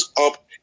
up